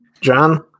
John